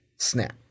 snap